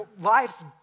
life's